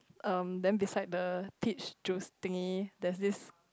um then beside the peach juice thingy there this